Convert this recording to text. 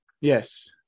Yes